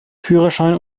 führerschein